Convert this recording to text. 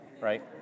right